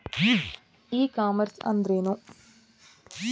E commerce ಅಂದ್ರೇನು?